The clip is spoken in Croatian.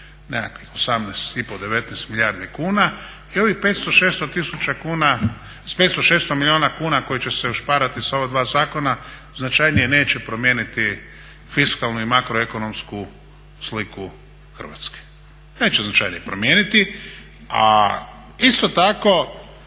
i ovih 500, 600 tisuća kuna, s 500, 600 milijuna kuna koji će se ušparati sa ova dva zakona značajnije neće promijeniti fiskalnu i makroekonomsku sliku Hrvatske, neće značajnije promijeniti. A isto tako